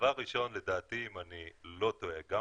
דבר ראשון, לדעתי, אם אני לא טועה, גם